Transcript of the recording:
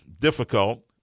difficult